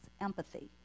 empathy